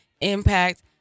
Impact